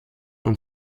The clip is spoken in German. und